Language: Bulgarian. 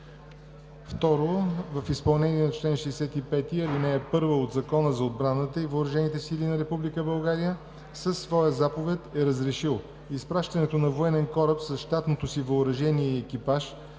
изпращането на военен кораб с щатното си въоръжение и екипаж